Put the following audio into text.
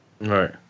Right